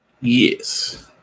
Yes